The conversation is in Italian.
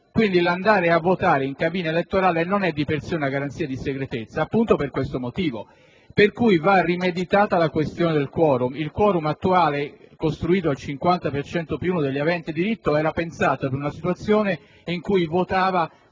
Quindi, andare a votare in cabina elettorale non è di per sé una garanzia di segretezza proprio per questo motivo. Pertanto, va rimeditata la questione del *quorum*. Il *quorum* attuale, costruito al 50 per cento più uno degli aventi diritto, è stato pensato per una situazione in cui votava